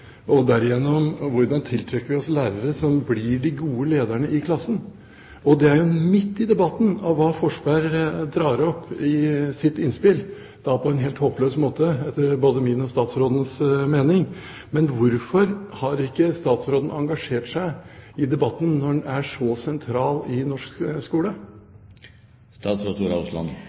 Og derigjennom: Hvordan tiltrekker vi oss lærere som blir de gode lederne i klassen? Det er jo midt i debatten om hva Forsberg drar opp i sitt innspill – på en helt håpløs måte, etter både min og statsrådens mening. Men hvorfor har ikke statsråden engasjert seg i debatten når den er så sentral i norsk skole?